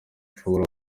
ushobora